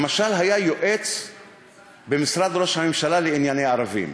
למשל, היה יועץ במשרד ראש הממשלה לענייני ערבים,